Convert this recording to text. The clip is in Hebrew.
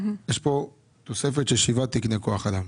יש כאן תוספת של 7 תקני כוח אדם.